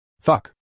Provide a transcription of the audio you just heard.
Fuck